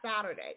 Saturday